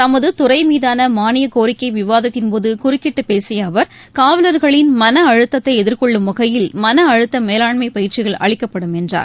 தமது துறை மீதான மானியக்கோரிக்கை விவாதத்தின்போது குறுக்கிட்டு பேசிய அவர் காவலர்களின் மன அழுத்ததை எதிர்கொள்ளும் வகையில் மன அழுத்த மேலாண்மை பயிற்சிகள் அளிக்கப்படும் என்றார்